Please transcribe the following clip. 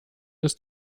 ist